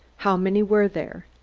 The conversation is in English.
how many were there?